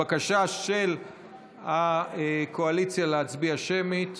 הבקשה של הקואליציה היא להצביע בהצבעה שמית.